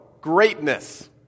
greatness